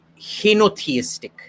henotheistic